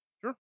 sure